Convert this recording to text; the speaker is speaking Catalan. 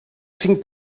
cinc